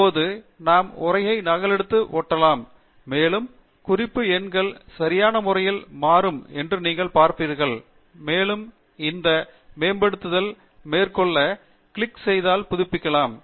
இப்போது நாம் உரையை நகலெடுத்து ஒட்டலாம் மேலும் குறிப்பு எண்கள் சரியான முறையில் மாறும் என்று நீங்கள் பார்ப்பீர்கள் மேலும் இந்த மேம்படுத்தல் மேற்கோள்களைக் கிளிக் செய்தால் புதுப்பிக்கலாம்